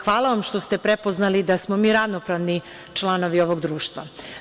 Hvala vam što ste prepoznali da smo mi ravnopravni članovi ovog društva.